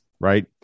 right